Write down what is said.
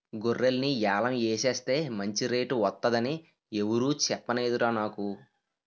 గొర్రెల్ని యాలం ఎసేస్తే మంచి రేటు వొత్తదని ఎవురూ సెప్పనేదురా నాకు